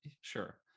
sure